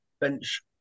bench